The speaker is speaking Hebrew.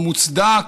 הוא מוצדק.